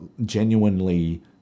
genuinely